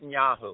Netanyahu